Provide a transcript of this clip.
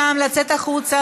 לצאת החוצה.